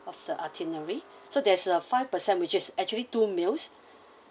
of the itinerary so there's a five percent which is actually two meals